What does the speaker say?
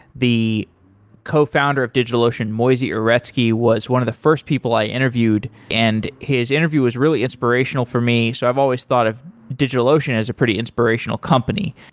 the cofounder of digitalocean, moisey uretsky, was one of the first people i interviewed, and his interview was really inspirational for me. so i've always thought of digitalocean as a pretty inspirational company.